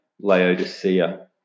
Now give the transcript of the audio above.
Laodicea